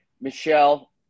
Michelle